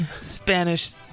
Spanish